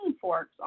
forks